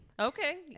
Okay